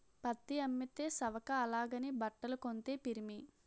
పత్తి అమ్మితే సవక అలాగని బట్టలు కొంతే పిరిమి